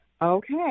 Okay